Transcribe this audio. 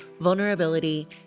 vulnerability